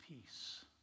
peace